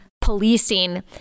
policing